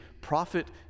prophet